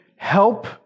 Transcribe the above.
help